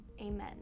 amen